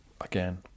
again